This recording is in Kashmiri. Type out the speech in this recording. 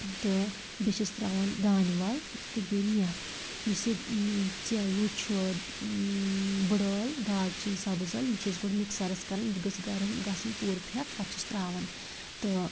تہٕ بیٚیہِ چھِس ترٛاوان دانہِ وَل تہٕ بیٚیہِ میٚتھ یُس یہِ ہُو چھُ بٕڑ ٲلہٕ دالچیٖن سبٕز ٲلہٕ یم چھِس بہٕ گۄڈٕ مِکسَرَس کرٕنۍ یم گٔژھۍ کرٕنۍ گژھٕنۍ پوٗرٕ پھیٚکھ پَتہٕ چھِس ترٛاوان تہٕ